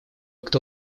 кто